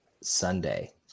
Sunday